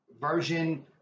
version